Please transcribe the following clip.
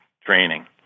training